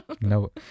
No